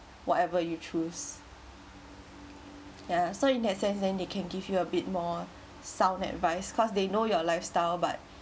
whatever you choose ya so in that sense then they can give you a bit more sound advice because they know your lifestyle but